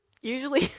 usually